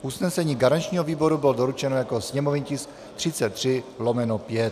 Usnesení garančního výboru bylo doručeno jako sněmovní tisk 33/5.